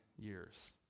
years